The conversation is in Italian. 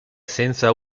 senza